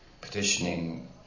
Petitioning